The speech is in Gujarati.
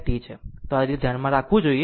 r આ તેને ધ્યાનમાં રાખવું જોઈએ